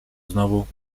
znowu